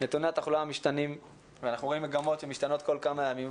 נתוני התחלואה משתנים ואנחנו רואים מגמות שמשתנות כל כמה ימים.